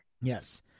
Yes